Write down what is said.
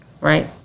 right